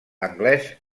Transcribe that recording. anglès